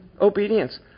obedience